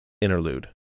interlude